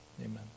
Amen